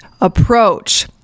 approach